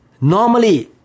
Normally